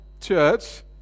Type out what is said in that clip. church